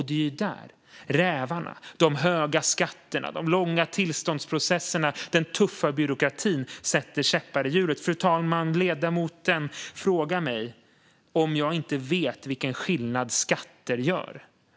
Det är där rävarna, alltså de höga skatterna, de långa tillståndsprocesserna och den tuffa byråkratin, sätter käppar i hjulet. Fru talman! Ledamoten frågar mig om jag inte vet vilken skillnad skatter gör.